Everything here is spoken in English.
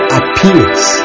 appears